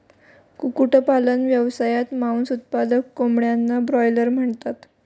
कुक्कुटपालन व्यवसायात, मांस उत्पादक कोंबड्यांना ब्रॉयलर म्हणतात